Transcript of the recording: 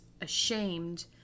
ashamed